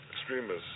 extremists